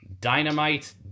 Dynamite